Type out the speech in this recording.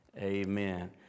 Amen